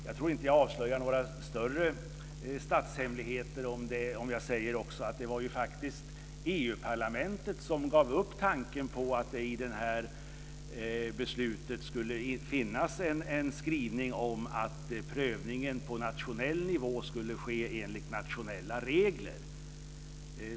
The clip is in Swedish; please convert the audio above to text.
Jag tror inte att jag avslöjar några större statshemligheter om jag också säger att det faktiskt var EU parlamentet som gav upp tanken på att det i det här beslutet skulle finnas en skrivning om att prövningen på nationell nivå skulle ske enligt nationella regler.